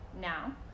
now